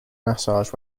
massage